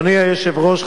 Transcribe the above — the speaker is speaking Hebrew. אדוני היושב-ראש,